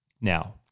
Now